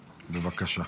בבקשה.